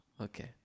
Okay